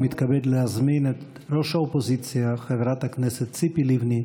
ומתכבד להזמין את ראש האופוזיציה חברת הכנסת ציפי לבני,